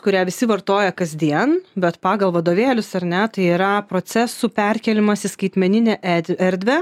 kurią visi vartoja kasdien bet pagal vadovėlius ar ne tai yra procesų perkėlimas į skaitmeninę ed erdvę